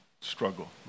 struggle